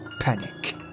panic